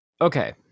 okay